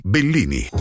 Bellini